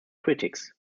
critics